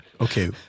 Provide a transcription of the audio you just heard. Okay